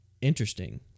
interesting